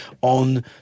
on